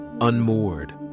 unmoored